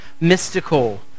mystical